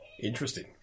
Interesting